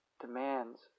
demands